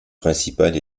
principale